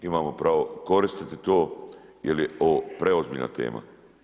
Imamo pravo koristiti to jer je ovo preozbiljna tema.